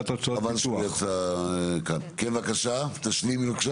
כן בבקשה, תשלימי.